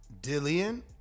Dillian